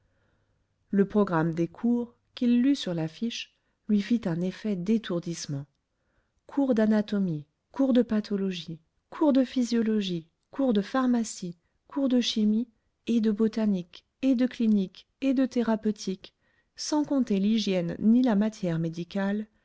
le programme des cours qu'il lut sur l'affiche lui fit un effet d'étourdissement cours d'anatomie cours de pathologie cours de physiologie cours de pharmacie cours de chimie et de botanique et de clinique et de thérapeutique sans compter l'hygiène ni la matière médicale